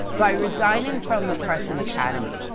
by resigning from the prussian academy,